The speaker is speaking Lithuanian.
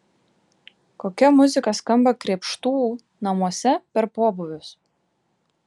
kokia muzika skamba krėpštų namuose per pobūvius